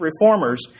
reformers